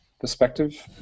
perspective